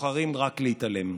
בוחרים רק להתעלם.